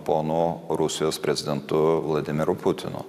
ponu rusijos prezidentu vladimiru putinu